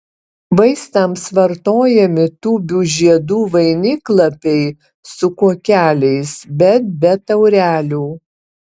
vaistams vartojami tūbių žiedų vainiklapiai su kuokeliais bet be taurelių